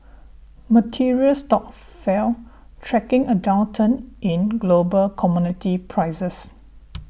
materials stocks fell tracking a downturn in global commodity prices